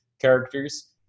characters